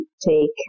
take